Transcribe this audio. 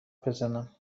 بزنم